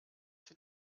sie